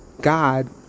God